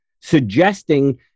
suggesting